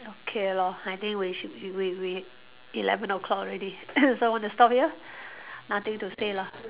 okay lor I think we should we we eleven O-clock already so want to stop here nothing to say lah